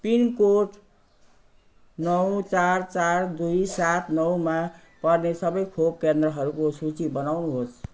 pin code नौ चार चार दुई सात नौमा पर्ने सबै खोप केन्द्रहरूको सूची बनाउनुहोस्